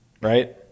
right